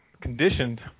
conditioned